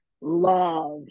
love